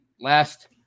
last